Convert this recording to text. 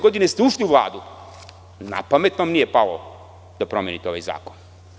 Godine 1998. ste ušli u Vladu i napamet vam nije palo da promenite ovaj zakon.